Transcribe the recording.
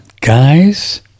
guys